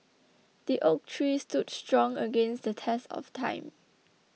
the oak tree stood strong against the test of time